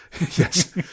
Yes